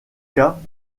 cas